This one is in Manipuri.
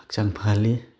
ꯍꯛꯆꯥꯡ ꯐꯍꯜꯂꯤ